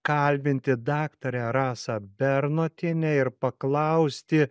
kalbinti daktarę rasą bernotienę ir paklausti